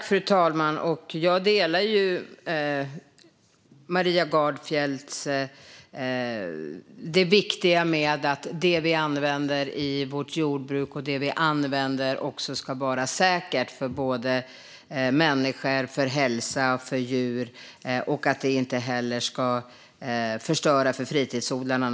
Fru talman! Jag delar Maria Gardfjells syn att det är viktigt att det vi använder i vårt jordbruk och på annat sätt ska vara säkert för människor, hälsa och djur och naturligtvis också att det inte ska förstöra för fritidsodlarna.